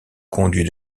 conduit